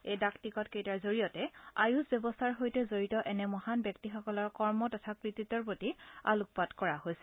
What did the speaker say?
এই ডাক টিকট কেইটাৰ জৰিয়তে আয়ুস ব্যৱস্থাৰ সৈতে জড়িত এনে মহান ব্যক্তিসকলৰ কৰ্ম তথা কৃতিত্বৰ প্ৰতি আলোকপাত কৰা হৈছে